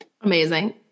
Amazing